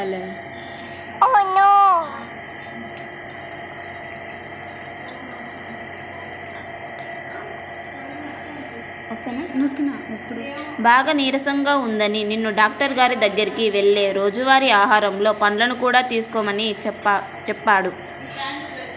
బాగా నీరసంగా ఉందని నిన్న డాక్టరు గారి దగ్గరికి వెళ్తే రోజువారీ ఆహారంలో పండ్లను కూడా తీసుకోమని చెప్పాడు